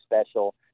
special